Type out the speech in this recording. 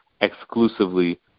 exclusively